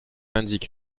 indique